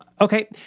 okay